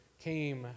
came